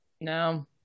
No